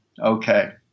okay